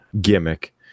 gimmick